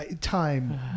time